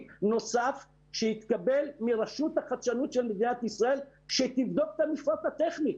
נוסף שיתקבל מרשות החדשנות של מדינת ישראל שתבדוק את המפרט הטכני.